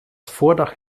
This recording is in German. vordach